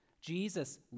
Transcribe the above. Jesus